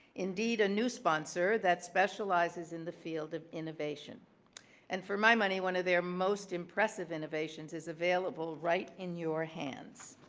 indeed a new sponsor that specializes in the field of innovation and for my money one of their most impressive innovations is available right in your hands.